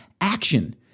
action